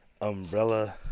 Umbrella